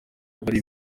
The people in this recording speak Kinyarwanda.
ari